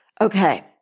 Okay